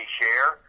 share